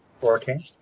Fourteen